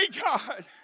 God